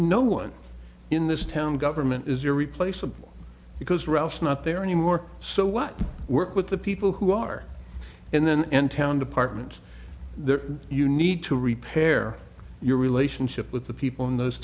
no one in this town government is your replaceable because ralph's not there anymore so what work with the people who are in then in town department you need to repair your relationship with the people in th